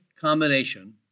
combination